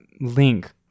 link